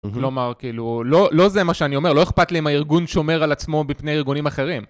כלומר, לא זה מה שאני אומר, לא אכפת לי אם הארגון שומר על עצמו בפני ארגונים אחרים.